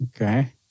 Okay